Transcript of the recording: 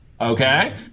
okay